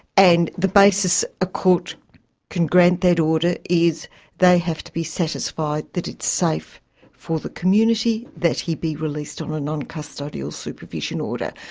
and the basis a court can grant that order is they have to be satisfied that it is safe for the community that he be released on a non-custodial supervision order.